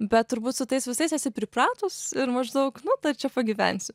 bet turbūt su tais visais esi pripratus ir maždaug nu toj čia pagyvensiu